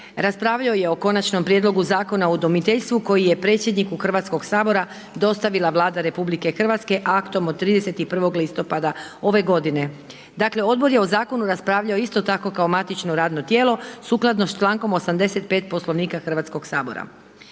raspravljao je o Konačnom prijedlogu Zakona o udomiteljstvu koji je predsjedniku Hrvatskog sabora dostavila Vlada RH aktom od 31. listopada ove godine. Dakle odbor je o zakonu raspravljao isto tako kao matično radno tijelo sukladno s člankom 85. Poslovnika Hrvatskoga sabora.